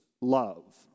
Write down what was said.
love